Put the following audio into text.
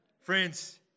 Friends